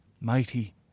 mighty